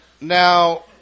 Now